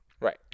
Right